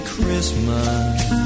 Christmas